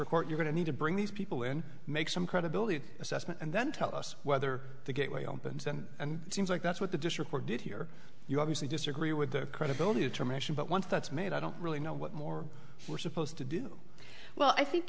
report you're going to need to bring these people in make some credibility assessment and then tell us whether the gateway opens and it seems like that's what the district were did here you obviously disagree with the credibility of termination but once that's made i don't really know what more we're supposed to do well i think